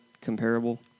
comparable